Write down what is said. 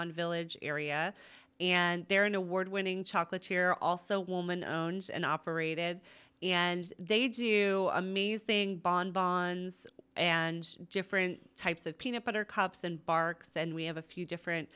on village area and they're in award winning chocolates here also woman owns and operated and they do amazing bon bon and different types of peanut butter cups and barks and we have a few different